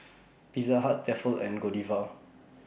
Pizza Hut Tefal and Godiva